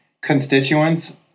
constituents